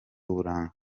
uburanga